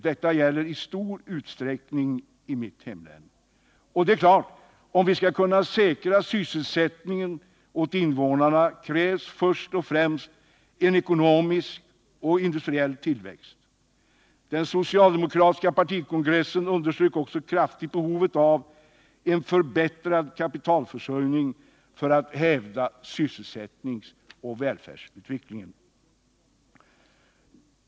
Detta gäller i stor utsträckning i mitt hemlän. Det är klart att om vi skall kunna säkra sysselsättningen åt invånarna krävs först och främst en ekonomisk och industriell tillväxt. Den socialdemokratiska partikongressen underströk också kraftigt behovet av en förbättrad kapitalförsörjning för att hävda sysselsättningsoch välfärdsutvecklingen.